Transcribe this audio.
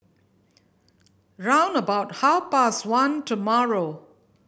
round about half past one tomorrow